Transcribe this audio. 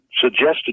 suggested